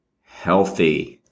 healthy